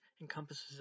encompasses